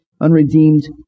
unredeemed